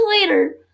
later